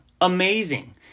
Amazing